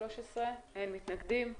אין מתנגדים.